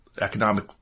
economic